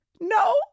no